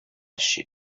she